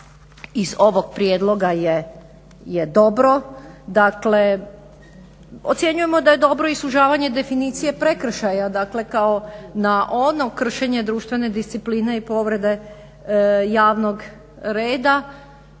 iz ovog prijedloga je dobro, dakle ocjenjujemo da je dobro i sužavanje definicije prekršaja dakle kao na ono kršenje društvene discipline i povrede javnog reda